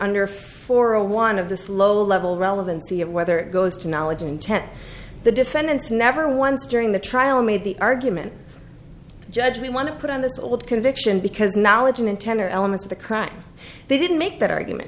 under for a one of this low level relevancy of whether it goes to knowledge intent the defendant's never once during the trial made the argument judge we want to put on this all of conviction because knowledge and ten are elements of the crime they didn't make that argument